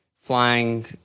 flying